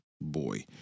boy